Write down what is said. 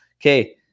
Okay